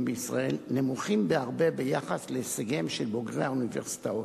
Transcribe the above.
בישראל נמוכים בהרבה ביחס להישגיהם של בוגרי האוניברסיטאות.